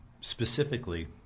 specifically